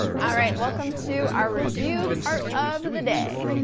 all right, welcome to our review part of of the day.